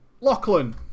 Lachlan